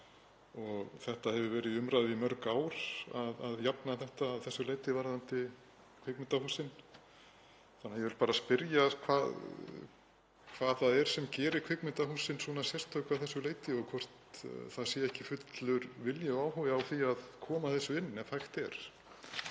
Það hefur verið í umræðunni í mörg ár að jafna þetta að þessu leyti varðandi kvikmyndahúsin. Ég vil því bara spyrja hvað það er sem gerir kvikmyndahúsin svona sérstök að þessu leyti og hvort það sé ekki fullur vilji og áhugi á því að koma þessu inn ef hægt er.